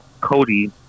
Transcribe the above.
Cody